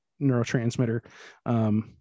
neurotransmitter